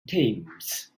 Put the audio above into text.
thames